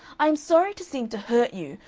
i am sorry to seem to hurt you,